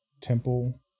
temple